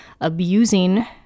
abusing